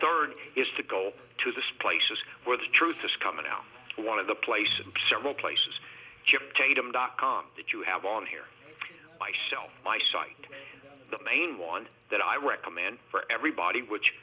third is to go to this place is where the truth is coming out one of the places in several places tatum dot com that you have on here myself my site the main one that i recommend for everybody which